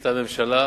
שהחליטה עליו הממשלה: